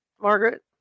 Margaret